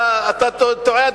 אתה טועה,